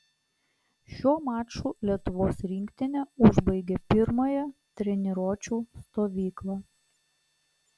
šiuo maču lietuvos rinktinė užbaigė pirmąją treniruočių stovyklą